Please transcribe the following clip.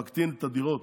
ומקטין את הדירות